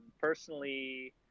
Personally